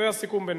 זה הסיכום בינינו.